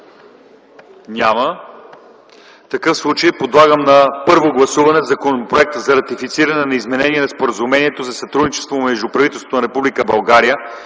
Няма.